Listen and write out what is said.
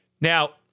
Now